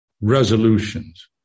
resolutions